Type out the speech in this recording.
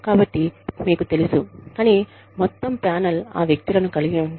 కాబట్టి మీకు తెలుసు కానీ మొత్తం ప్యానెల్ ఆ వ్యక్తులను కలిగి ఉంటే